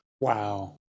Wow